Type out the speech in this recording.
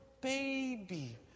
baby